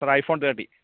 സാറേ iPhone തേട്ടി